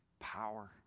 power